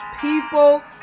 people